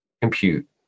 compute